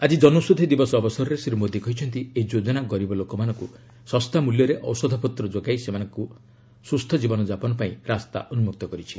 ଆଜି ଜନୌଷଧି ଦିବସ ଅବସରରେ ଶ୍ରୀ ମୋଦି କହିଛନ୍ତି ଏହି ଯୋଜନା ଗରିବ ଲୋକମାନଙ୍କୁ ଶସ୍ତା ମୂଲ୍ୟରେ ଔଷଧପତ୍ର ଯୋଗାଇ ସେମାନଙ୍କର ସୁସ୍ଥ ଜୀବନ ଯାପନପାଇଁ ରାସ୍ତା ଉନ୍କକ୍ତ କରିଛି